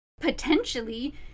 Potentially